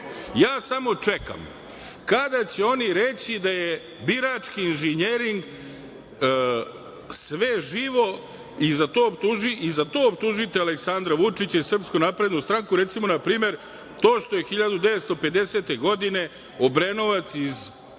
Ja samo čekam kada će oni reći da je birački inženjering sve živo i za to optužite Aleksandra Vučića i SNS. Recimo, na primer, to što je 1950. godine Obrenovac iz Valjevskog